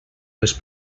les